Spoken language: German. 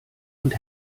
und